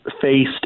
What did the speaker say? faced